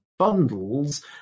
bundles